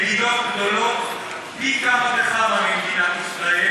מדינות גדולות פי כמה וכמה ממדינת ישראל